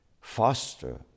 foster